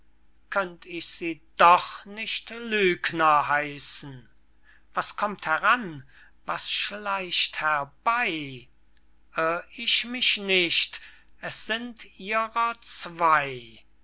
könnt ich sie doch nicht lügner heißen was kommt heran was schleicht herbey irr ich nicht es sind ihrer zwey